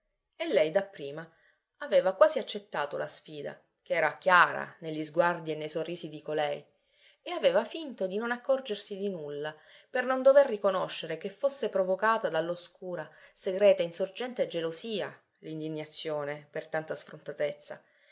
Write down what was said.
e lei dapprima aveva quasi accettato la sfida che era chiara negli sguardi e nei sorrisi di colei e aveva finto di non accorgersi di nulla per non dover riconoscere che fosse provocata dall'oscura segreta insorgente gelosia l'indignazione per tanta sfrontatezza